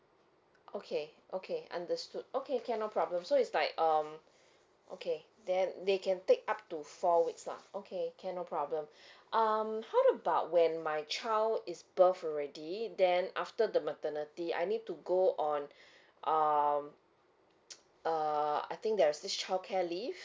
okay okay understood okay can no problem so is like um okay then they can take up to four weeks lah okay can no problem um how about when my child is birth already then after the maternity I need to go on um uh I think there's this childcare leave